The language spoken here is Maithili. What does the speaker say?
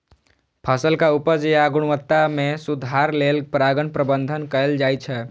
फसलक उपज या गुणवत्ता मे सुधार लेल परागण प्रबंधन कैल जाइ छै